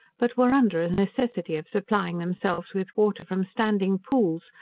but were under a necessity of supplying themselves with water from standing pools,